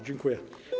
Dziękuję.